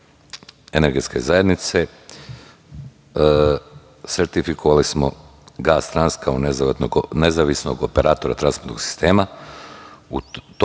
energetske zajednice sertifikovali smo GAS Trans kao nezavisnog operatora transportnog sistema. U toku